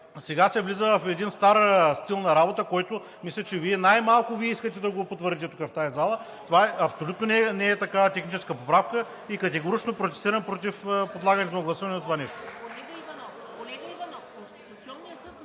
Сега се влиза в един стар стил на работа, който мисля, че най-малко Вие искате да го потвърдите тук в тази зала. Това абсолютно не е такава техническа поправка и категорично протестирам против подлагането на гласуване на това нещо.